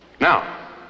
Now